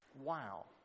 wow